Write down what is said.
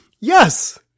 Yes